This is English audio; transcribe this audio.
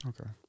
Okay